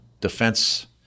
defense